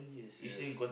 yes